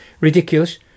Ridiculous